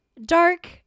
Dark